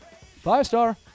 Five-star